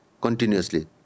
continuously